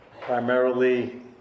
primarily